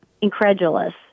incredulous